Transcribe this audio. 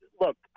look